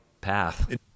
path